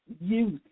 youth